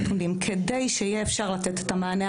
לא רק קארין באומן הפטרה